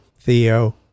Theo